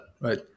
right